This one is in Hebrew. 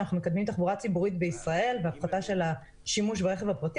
שאנחנו מקדמים תחבורה ציבורית בישראל והפחתה של השימוש ברכב הפרטי.